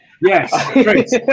Yes